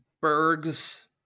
Berg's